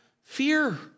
fear